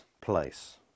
place